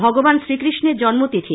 ভগবান শ্রীকৃষ্ণের জন্মতিথি